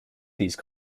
these